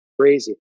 crazy